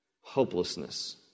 hopelessness